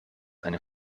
eine